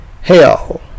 hell